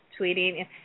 tweeting –